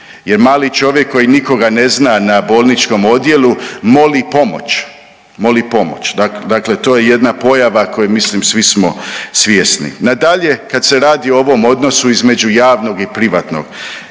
jer mali čovjek koji nikoga ne zna na bolničkom odjelu moli pomoć, moli pomoć. Dakle, to je jedna pojava koje mislim svi smo svjesni. Nadalje kad se radi o ovom odnosu između javnog i privatnog.